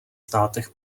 státech